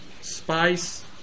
spice